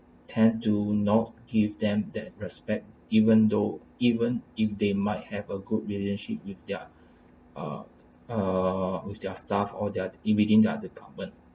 tend to not give them that respect even though even if they might have a good relationship with their uh err with their staff or their in within their department